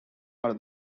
are